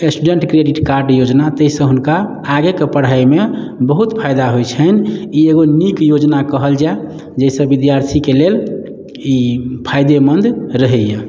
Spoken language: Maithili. स्टूडेन्ट क्रेडिट कार्ड योजना ताहिसँ हुनका आगेके पढ़ाइमे बहुत फायदा होइ छनि ई एगो नीक योजना कहल जाइ जाहिसँ विद्यार्थीके लेल ई फायदेमन्द रहैया